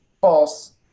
False